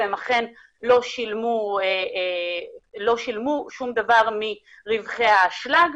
והם אכן לא שילמו דבר מרוויח האשלג,